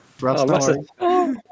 Russell